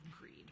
greed